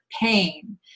pain